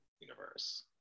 Universe